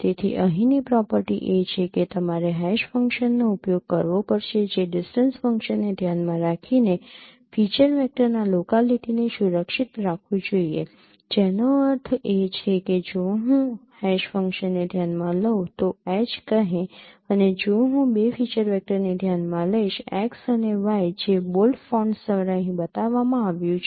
તેથી અહીંની પ્રોપર્ટી એ છે કે તમારે હેશ ફંક્શનનો ઉપયોગ કરવો પડશે જે ડિસ્ટન્સ ફંક્શનને ધ્યાનમાં રાખીને ફીચર વેક્ટરના લોકાલીટીને સુરક્ષિત રાખવું જોઈએ જેનો અર્થ એ છે કે જો હું હેશ ફંક્શનને ધ્યાનમાં લઉં તો h કહે અને જો હું બે ફીચર વેક્ટરને ધ્યાનમાં લઈશ x અને y જે બોલ્ડ ફોન્ટ્સ દ્વારા અહીં બતાવવામાં આવી રહ્યું છે